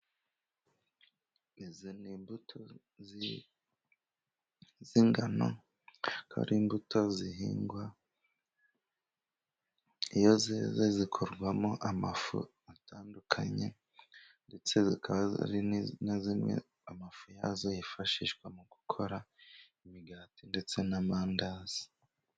Izi ni imbuto z'ingano akaba ari imbuto zihingwa. Iyo zeze zikorwamo amafu atandukanye, ndetse zikaba ari na zimwe amafu yazo yifashishwa mu gukora imigati ndetse n'amandazi.